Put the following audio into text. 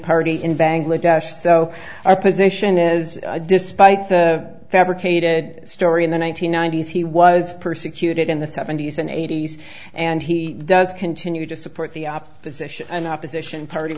party in bangladesh so our position is despite the fabricated story in the one nine hundred ninety s he was persecuted in the seventy's and eighty's and he does continue to support the opposition and opposition party